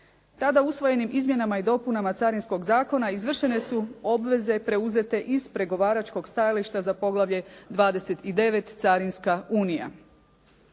Tada usvojenim izmjenama i dopuna Carinskog zakona izvršene su obveze preuzete iz pregovaračkog stajališta za poglavlje – 29. Carinska unija.